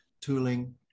tooling